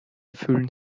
fühlen